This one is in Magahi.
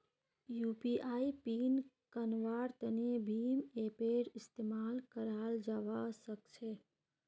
यू.पी.आई पिन बन्वार तने भीम ऐपेर इस्तेमाल कराल जावा सक्छे